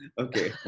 Okay